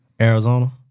Arizona